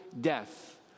death